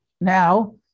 now